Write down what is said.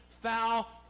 foul